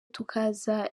tukaza